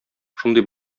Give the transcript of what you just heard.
шундый